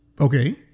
okay